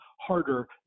harder